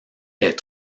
est